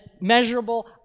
measurable